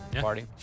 party